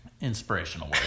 Inspirational